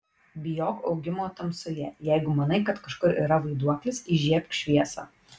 bijok augimo tamsoje jeigu manai kad kažkur yra vaiduoklis įžiebk šviesą